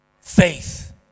faith